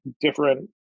different